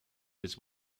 this